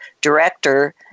director